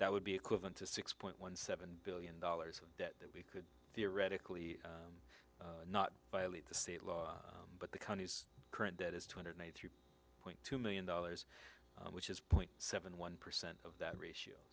that would be equivalent to six point one seven billion dollars of debt that we could theoretically not violate the state law but the country's current debt is two hundred eighty three point two million dollars which is point seven one percent of that ratio